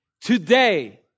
today